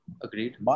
Agreed